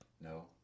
No